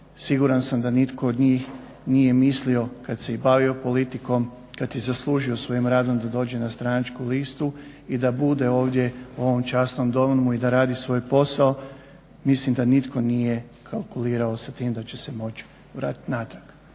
siguran sam da nitko od njih nije mislio kad se i bavio politikom, kad je zaslužio svojim radom da dođe na stranačku listu i da bude ovdje u ovom časnom Domu i da radi svoj posao mislim da nitko nije kalkulirao sa tim da će se moći vratiti natrag.